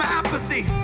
apathy